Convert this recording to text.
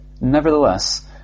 Nevertheless